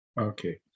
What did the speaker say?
Okay